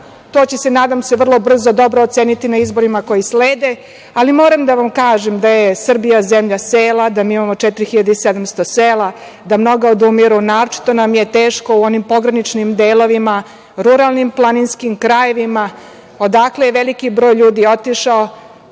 To će se, nadam se, vrlo brzo dobro oceniti na izborima koji slede, ali moram da vam kažem da je Srbija zemlja sela, da imamo 4.700 sela, da mnoga odumiru. Naročito nam je teško u onim pograničnim delovima, ruralnim planinskim krajevima odakle je veliki broj ljudi otišao,